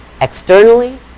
externally